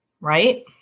right